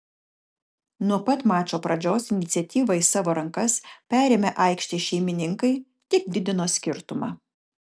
nuo pat mačo pradžios iniciatyvą į savo rankas perėmę aikštės šeimininkai tik didino skirtumą